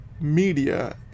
media